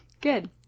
Good